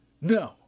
No